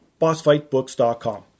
BossFightBooks.com